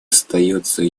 остается